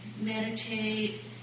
meditate